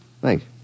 Thanks